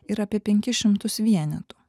ir apie penkis šimtus vienetų